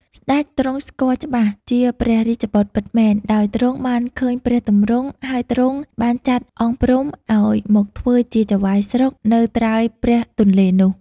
សេ្តចទ្រង់ស្គាល់ច្បាស់ជាព្រះរាជបុត្រពិតមែនដោយទ្រង់បានឃើញព្រះទម្រង់ ហើយទ្រង់បានចាត់អង្គព្រំឲ្យមកធ្វើជាចៅហ្វាយស្រុកនៅត្រើយព្រះទនេ្លនោះ។